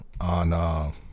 on